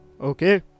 Okay